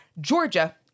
Georgia